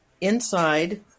inside